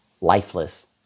Lifeless